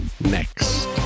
next